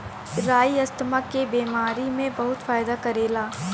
राई asthma के बेमारी में बहुते फायदा करेला